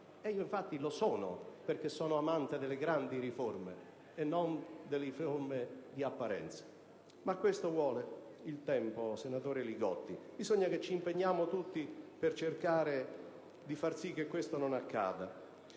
e infatti lo sono, perché sono amante delle grandi riforme e non delle riforme di apparenza: ma questo vuole il tempo, senatore Li Gotti. Bisogna che c'impegniamo tutti per cercare di far sì che questo non accada.